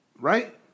right